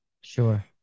Sure